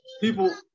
people